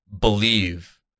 believe